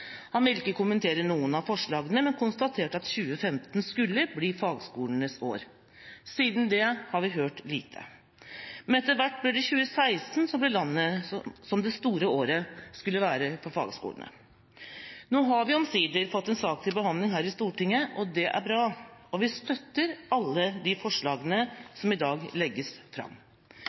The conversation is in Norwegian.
Han ville ikke kommentere noen av forslagene, men konstaterte at 2015 skulle bli fagskolenes år. Siden det har vi hørt lite. Etter hvert ble det 2016 som skulle være det store året for fagskolene. Nå har vi omsider fått en sak til behandling her i Stortinget, og det er bra. Vi støtter alle forslagene som i dag legges fram.